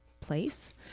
place